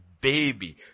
baby